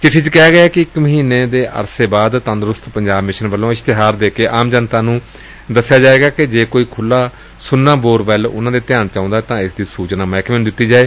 ਚਿੱਠੀ ਚ ਕਿਹਾ ਗਿਐ ਕਿ ਇਕ ਮਹੀਨੇ ਦੇ ਅਰਸੇ ਬਾਅਦ ਤੰਦਰੁਸਤ ਪੰਜਾਬ ਮਿਸ਼ਨ ਵੱਲੋਂ ਇਸ਼ਤਿਹਾਰ ਦੇ ਕੇ ਆਮ ਜਨਤਾ ਨੂੰ ਦਸਿਆ ਜਾਏਗਾ ਕਿ ਜੇ ਕੋਈ ਖੁਲ਼ਾ ਸੂੰਨਾ ਬੋਰ ਵੈੱਲ ਉਨੂਾਂ ਦੇ ਧਿਆਨ ਵਿਚ ਆਉਂਦਾ ਏ ਤਾਂ ਇਸ ਦੀ ਸੂਚਨਾ ਮਹਿਕਮੇ ਨੂੰ ਦਿੱਤੀ ਜਾਏ